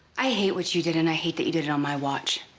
i hate what you did and i hate that you did it on my watch.